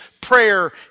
Prayer